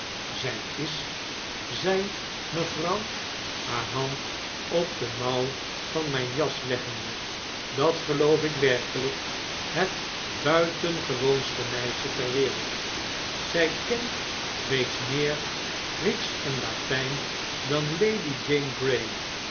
zy is zei mevrouw haar hand o de mouw van myn jas leggende dat geloof ik werkelyk het buitengewoonste meisje ter wereld zy kent reeds meer grieksch en latyn dan lady jane grey